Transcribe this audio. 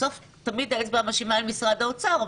בסוף תמיד האצבע המאשימה אל משרד האוצר,